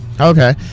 Okay